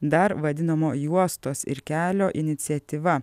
dar vadinamo juostos ir kelio iniciatyva